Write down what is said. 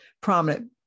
prominent